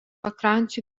pakrančių